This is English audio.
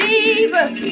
Jesus